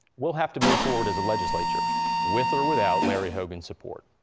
we'll have to move forward as a legislature with or without larry hogan's support.